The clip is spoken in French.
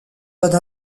donne